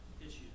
Issues